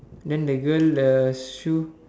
then the girl the shoe